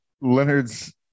Leonard's